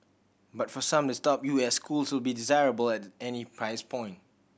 but for some the top U S schools will be desirable at any price point